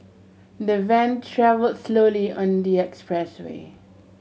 the van travelled slowly on the expressway